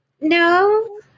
No